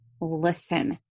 listen